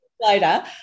later